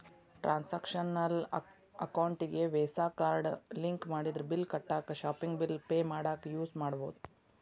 transactional ಅಕೌಂಟಿಗಿ Visa card link ಮಾಡಿದ್ರ bill ಕಟ್ಟಾಕ ಶಾಪಿಂಗ್ ಬಿಲ್ ಪೆ ಮಾಡಾಕ ಯೂಸ್ ಮಾಡಬೋದು